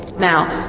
now,